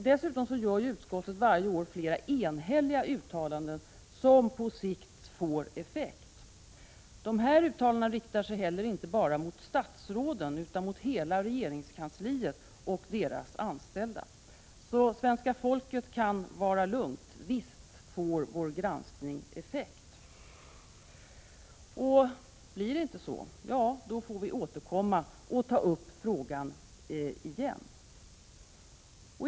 Dessutom gör utskottet varje år flera enhälliga uttalanden, som på sikt får effekt. Dessa uttalanden riktar sig inte heller bara mot statsråden utan mot hela regeringskansliet och dess anställda. Så svenska folket kan vara lugnt, visst får vår granskning effekt. Blir det inte så, får vi återkomma och ta upp frågan igen.